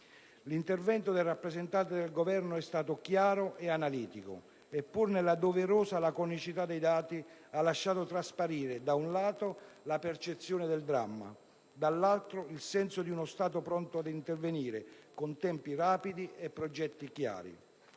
L'intervento del rappresentante del Governo è stato chiaro e analitico e, pur nella doverosa laconicità dei dati, ha lasciato trasparire, da un lato, la percezione del dramma, dall'altro, il senso di uno Stato pronto ad intervenire con tempi rapidi e progetti chiari.